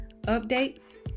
updates